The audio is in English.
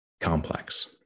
complex